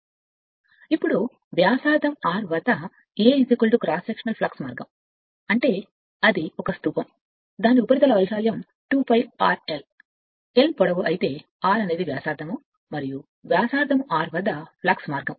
ఇప్పుడు వ్యాసార్థం r వద్ద a క్రాస్ సెక్షనల్ ఫ్లక్స్ మార్గం అంటే అది ఒక స్తూపం దాని ఉపరితల వైశాల్యం 2π rl l పొడవు అయితే r అనేది వ్యాసార్థం మరియు వ్యాసార్థం r వద్ద ఫ్లక్స్ మార్గం